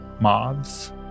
moths